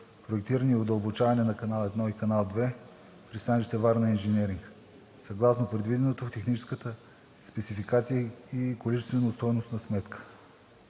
проектиране и удълбочаване на канал едно и канал две, пристанище „Варна Инженеринг“, съгласно предвиденото в техническата спецификация и количествено-стойностна сметка.